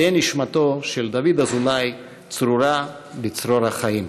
תהא נשמתו של דוד אזולאי צרורה בצרור החיים.